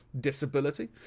disability